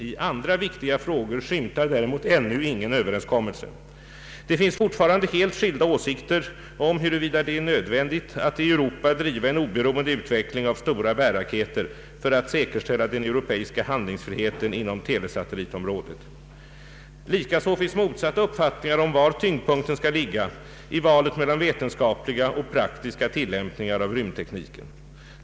I andra viktiga frågor skymtar däremot ännu ingen överenskommelse. Det finns fortfarande helt skilda åsikter om huruvida det är nödvändigt att i Europa driva en oberoende utveckling av stora bärraketer, för att säkerställa den europeiska handlingsfriheten inom telesatellitområdet. Likaså finns motsatta uppfattningar om var tyngdpunkten skall ligga i valet mellan vetenskapliga och praktiska tillämpningar av rymdtekniken.